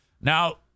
Now